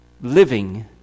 living